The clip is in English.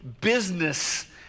business